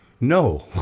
no